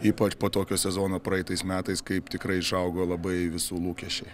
ypač po tokio sezono praeitais metais kaip tikrai išaugo labai visų lūkesčiai